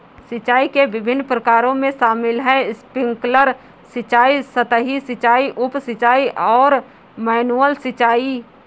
सिंचाई के विभिन्न प्रकारों में शामिल है स्प्रिंकलर सिंचाई, सतही सिंचाई, उप सिंचाई और मैनुअल सिंचाई